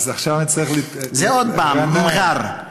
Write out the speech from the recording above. אז עכשיו אני אצטרך, זה, עוד פעם: מר'אר.